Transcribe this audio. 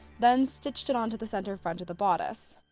then stitched it onto the center front of the bodice.